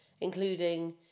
including